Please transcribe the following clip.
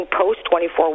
post-24